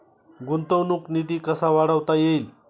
गुंतवणूक निधी कसा वाढवता येईल?